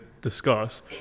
discuss